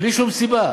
בלי שום סיבה.